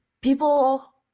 people